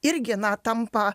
irgi na tampa